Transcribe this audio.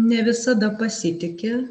ne visada pasitiki